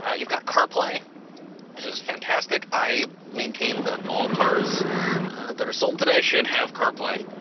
ah you've got carplay which is fantastic, i maintain that all cars that are sold today should have carplay.